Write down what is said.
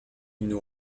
nous